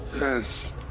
Yes